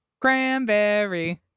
Cranberry